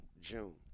June